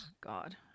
God